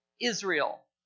Israel